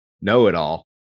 know-it-all